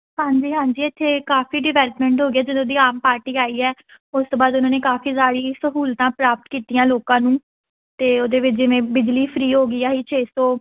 ਹਾਂਜੀ ਹਾਂਜੀ ਇੱਥੇ ਕਾਫੀ ਡਿਵੈਲਪਮੈਂਟ ਹੋ ਗਿਆ ਜਦੋਂ ਦੀ ਆਮ ਪਾਰਟੀ ਆਈ ਹੈ ਉਸ ਤੋਂ ਬਾਅਦ ਉਹਨਾਂ ਨੇ ਕਾਫੀ ਸਾਰੀ ਸਹੂਲਤਾਂ ਪ੍ਰਾਪਤ ਕੀਤੀਆਂ ਲੋਕਾਂ ਨੂੰ ਅਤੇ ਉਹਦੇ ਵਿੱਚ ਜਿਵੇਂ ਬਿਜਲੀ ਫ੍ਰੀ ਹੋ ਗਈ ਆ ਆਹੀ ਛੇ ਸੌ